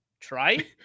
try